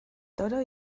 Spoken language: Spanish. toro